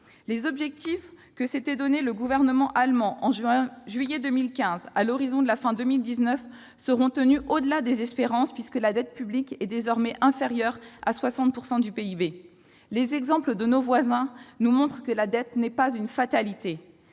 Les objectifs que s'était donnés le gouvernement allemand en juillet 2015 à l'horizon de la fin de l'année 2019 seront tenus au-delà des espérances, puisque la dette publique est désormais inférieure à 60 % du PIB. Les exemples de nos voisins nous montrent que la dette n'est pas une fatalité